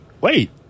wait